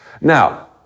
Now